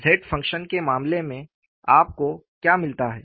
Z function के मामले में आपको क्या मिलता है